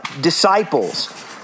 disciples